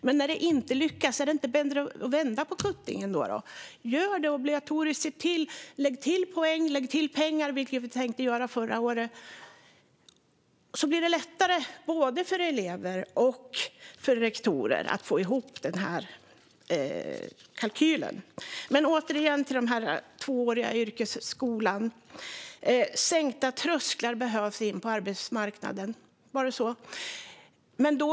Men när det inte lyckas, är det då inte bättre att vända på kuttingen och göra det obligatoriskt, lägga till poäng och lägga till pengar, vilket vi tänkte göra förra året, så att det blir lättare både för elever och för rektorer att få ihop kalkylen? Om vi återgår till den tvååriga yrkesskolan sas det att sänkta trösklar behövs in på arbetsmarknaden - var det så?